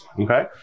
Okay